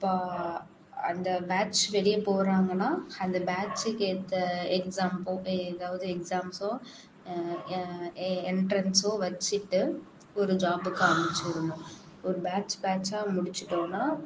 இப்போ அந்த பேட்ச் வெளியே போகறாங்கன்னா அந்த பேட்ச்சிக்கு ஏற்ற எக்ஸாம் போ எதாவது எக்ஸாம்ஸோ எ என்ட்ரன்ஸோ வச்சிகிட்டு ஒரு ஜாபுக்கு அனுப்பிச்சுருணும் ஒரு பேட்ச் பேட்ச்சாக முடிச்சிவிட்டோன்னா